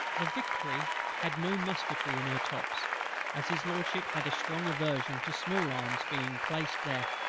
the victory had no musketry in her tops as his lordship had a strong aversion to small arms being placed there,